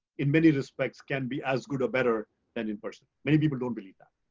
in many respects, can be as good or better than in-person. many people don't believe that.